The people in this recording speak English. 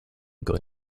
going